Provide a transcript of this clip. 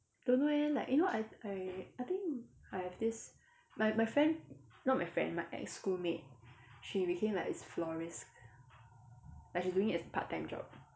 don't know eh like you know I I I think I have this my my friend not my friend my ex-schoolmate she became like this florist like she's doing it as part time job